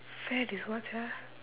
fad is what sia